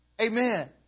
amen